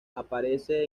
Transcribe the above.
aparece